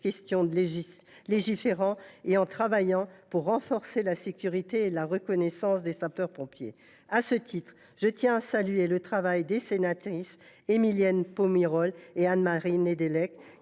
question en légiférant et en travaillant au renforcement de la sécurité et de la reconnaissance des sapeurs pompiers. Je tiens à ce titre à saluer le travail des sénatrices Émilienne Poumirol et Anne Marie Nédélec,